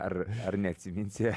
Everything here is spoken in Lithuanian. ar ar neatsiminsi